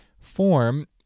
form